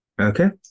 Okay